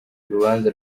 urubanza